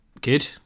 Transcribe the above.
good